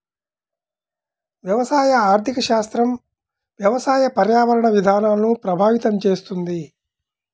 వ్యవసాయ ఆర్థిక శాస్త్రం వ్యవసాయ, పర్యావరణ విధానాలను ప్రభావితం చేస్తుంది